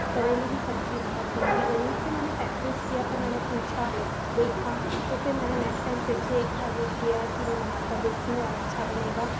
तो करेले की सब्ज़ी बहुत गंदी बनी फिर मैंने पैक्टिस किया फिर मैंने पूछा देखा तो फिर मैंने नेक्श्ट टाइम फिर से एक वह किया कि मैं बनाकर देखूँ अब अच्छा बनेगा